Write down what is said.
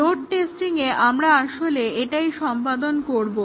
load টেস্টিংয়ে আমরা আসলে এটাই সম্পাদন করব